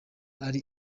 ari